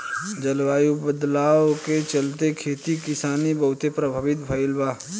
जलवायु बदलाव के चलते, खेती किसानी बहुते प्रभावित भईल बा